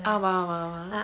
ஆமா ஆமா ஆமா:aama aama aama